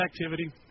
activity